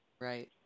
Right